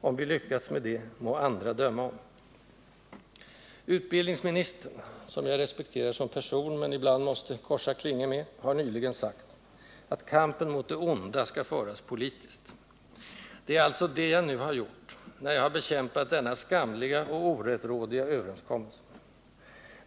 Om vi lyckats med detta må andra döma om. Utbildningsministern, som jag respekterar som person, men ibland måste korsa klingor med, har nyligen sagt att ”kampen mot det onda skall föras politiskt”. Det är alltså det jag nu har gjort, när jag bekämpat denna skamliga och orättrådiga ”övetenskommelse”.